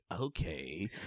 okay